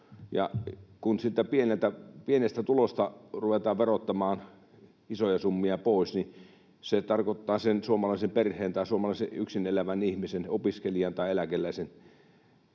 pienestä tulosta ruvetaan verottamaan isoja summia pois, niin se tarkoittaa sen suomalaisen perheen tai suomalaisen yksin elävän ihmisen, opiskelijan tai eläkeläisen,